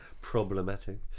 problematic